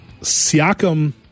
Siakam